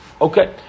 Okay